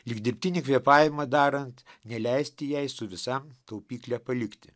lyg dirbtinį kvėpavimą darant neleisti jai su visa taupykle palikti